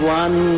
one